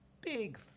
big